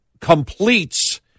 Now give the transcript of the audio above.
completes